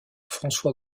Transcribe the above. françois